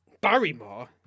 Barrymore